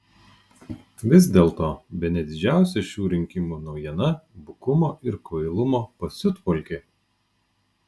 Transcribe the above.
vis dėlto bene didžiausia šių rinkimų naujiena bukumo ir kvailumo pasiutpolkė